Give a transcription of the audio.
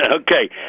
Okay